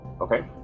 Okay